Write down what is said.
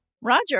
Roger